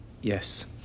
yes